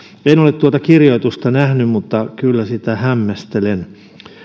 en ole tuota kirjoitusta nähnyt mutta kyllä sitä hämmästelen